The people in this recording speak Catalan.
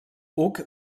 hug